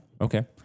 Okay